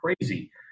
crazy